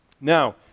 Now